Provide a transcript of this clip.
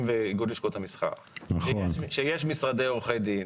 ואיגוד לשכות המסחר שיש משרדי עורכי דין